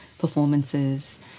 performances